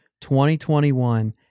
2021